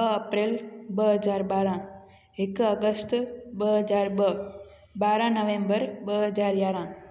ॿ अप्रैल ॿ हज़ार ॿारहं हिकु अगस्त ॿ हज़ार ॿ ॿारहं नवंबर ॿ हज़ार यारहं